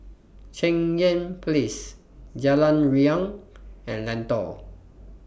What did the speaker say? Cheng Yan Place Jalan Riang and Lentor